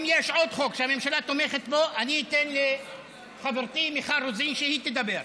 אם יש עוד חוק שהממשלה תומכת בו אני אתן לחברתי מיכל רוזין שהיא תדבר.